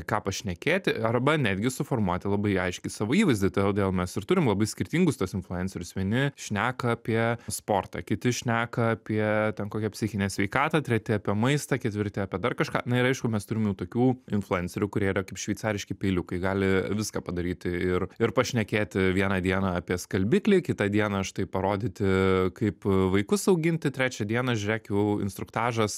ką pašnekėti arba netgi suformuoti labai aiškiai savo įvaizdį todėl mes ir turim labai skirtingus tuos influencerius vieni šneka apie sportą kiti šneka apie ten kokią psichinę sveikatą treti apie maistą ketvirti apie dar kažką na ir aišku mes turim jau tokių influencerių kurie yra kaip šveicariški peiliukai gali viską padaryti ir ir pašnekėti vieną dieną apie skalbiklį kitą dieną štai parodyti kaip vaikus auginti trečią dieną žiūrėk jau instruktažas